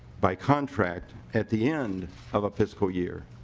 by contract at the end of a fiscal year.